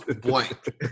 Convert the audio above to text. blank